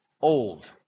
old